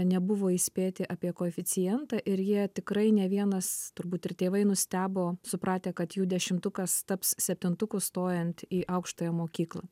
nebuvo įspėti apie koeficientą ir jie tikrai ne vienas turbūt ir tėvai nustebo supratę kad jų dešimtukas taps septintuku stojant į aukštąją mokyklą